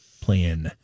playing